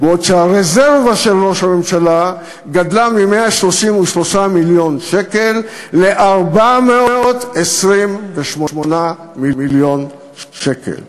בעוד שהרזרבה של ראש הממשלה גדלה מ-133 מיליון שקל ל-428 מיליון שקל.